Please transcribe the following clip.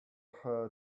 her